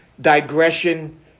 digression